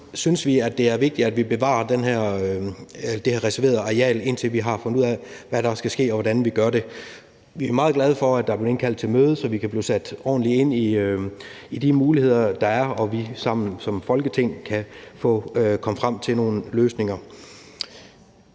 det er vigtigt, at vi bevarer det her reserverede areal, indtil vi har fundet ud af, hvad der skal ske, og hvordan vi gør det. Vi er meget glade for, at der er blevet indkaldt til møde, så vi kan blive sat ordentligt ind i de muligheder, der er, og vi sammen som Folketing kan komme frem til nogle løsninger.